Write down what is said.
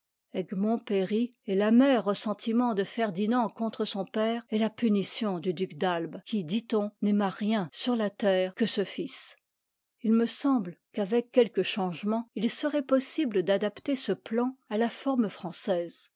et l'amer ressentiment de ferdinand contre son père est la punition du duc d'albe qui dit-on n'aima rien sur la terre que ce fils s ii me semble qu'avec quelques changements il serait possible d'adapter ce plan à la forme française